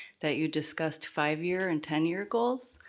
that you'd discussed five year and ten year goals,